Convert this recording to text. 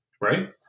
Right